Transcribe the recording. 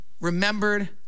remembered